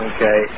Okay